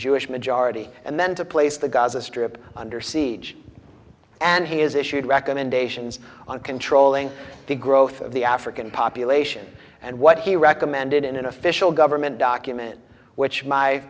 jewish majority and then to place the gaza strip under siege and he has issued recommendations on controlling the growth of the african population and what he recommended in an official government document which my